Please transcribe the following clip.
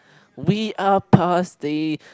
we are pasty